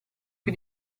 più